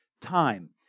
time